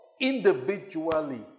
individually